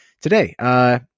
today